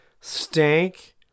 stank